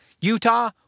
Utah